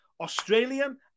Australian